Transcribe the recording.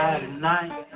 tonight